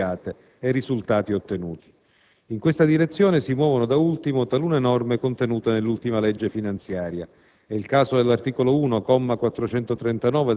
volta ad ottimizzare il rapporto fra risorse impiegate e risultati ottenuti. In questa direzione si muovono, da ultimo, talune norme contenute nell'ultima legge finanziaria.